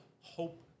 hope